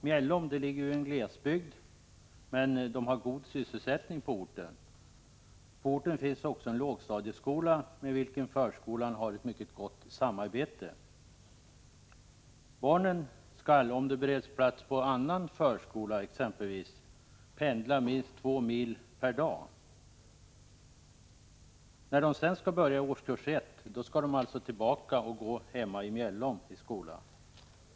Mjällom ligger i en glesbygd, men man har god sysselsättning på orten, och där finns också en lågstadieskola med vilken förskolan har ett mycket gott samarbete. Barnen måste — om de bereds plats inom annan förskola — pendla minst två mil per dag. När de sedan skall börja i årskurs 1 skall de tillbaka och gå i skolan hemma i Mjällom.